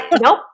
Nope